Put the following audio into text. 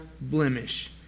blemish